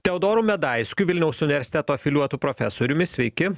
teodoru medaiskiu vilniaus universiteto afilijuotu profesoriumi sveiki